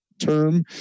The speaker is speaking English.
term